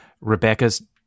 Rebecca's